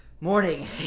morning